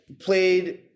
played